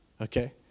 Okay